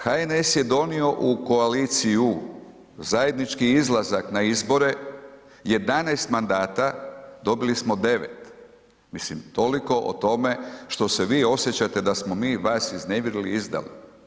HNS je donio u koaliciju zajednički izlazak na izbore 11 mandata, dobili smo 9, mislim toliko o tome što se vi osjećate da smo mi vas iznevjerili, izdali.